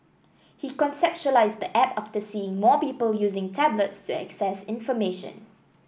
he conceptualised the app after seeing more people using tablets to access information